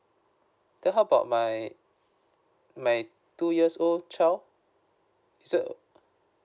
then how about my my two years old child is that uh